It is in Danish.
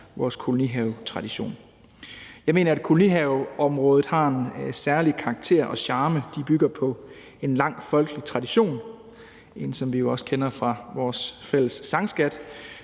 vores kolonihavetradition. Jeg mener, at kolonihaveområdet har en særlig karakter og charme. Kolonihaver bygger på en lang folkelig tradition – en, som vi jo også kender fra vores fælles sangskat